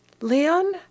Leon